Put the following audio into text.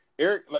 Eric